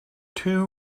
two